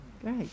Great